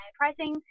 pricing